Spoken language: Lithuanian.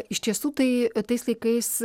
iš tiesų tai tais laikais